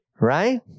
right